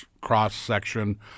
cross-section